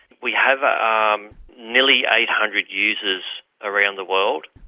we have ah um nearly eight hundred users around the world.